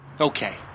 Okay